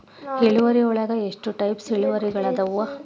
ಇಳುವರಿಯೊಳಗ ಎಷ್ಟ ಟೈಪ್ಸ್ ಇಳುವರಿಗಳಾದವ